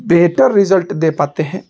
बेहतर रिजल्ट दे पाते हैं